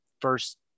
first